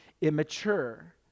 immature